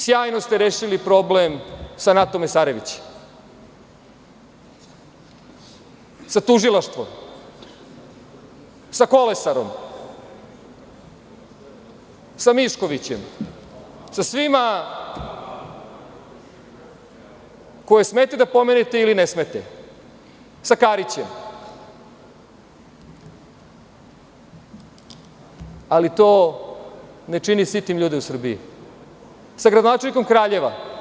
Sjajno ste rešili problem sa Natom Mesarović, sa tužilaštvom, sa Kolesarom, sa Miškovićem, sa svima koje smete da pomenete ili ne smete, sa Karićem, ali to ne čini sitim ljude u Srbiji, sa gradonačelnikom Kraljeva.